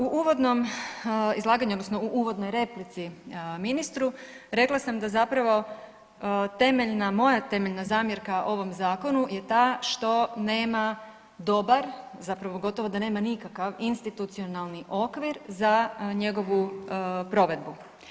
U uvodnom izlaganju odnosno u uvodnoj replici ministru rekla sam da zapravo temeljna, moja temeljna zamjerka ovom zakonu je ta što nema dobar, zapravo gotovo da nema nikakav institucionalni okvir za njegovu provedbu.